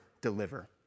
deliver